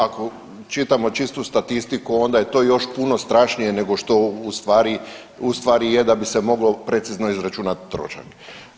Ako čitamo čistu statistiku, onda je to još puno strašnije nego što u stvari je da bi se moglo precizno izračunati trošak.